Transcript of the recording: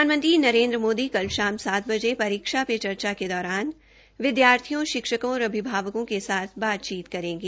प्रधानमंत्री नरेन्द्र मोदी कल शाम सात बते परीक्षा पे चर्चा के दौरान विदयार्थियों शिक्षकों और अभिभावकों के साथ बातचीत करेगे